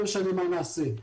לא משנה מה נעשה.